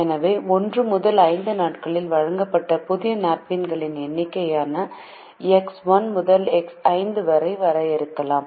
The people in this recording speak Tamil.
எனவே 1 முதல் 5 நாட்களில் வாங்கப்பட்ட புதிய நாப்கின்களின் எண்ணிக்கையாக எக்ஸ் 1 முதல் எக்ஸ் 5 வரை வரையறுக்கலாம்